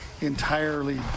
Entirely